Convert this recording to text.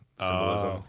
symbolism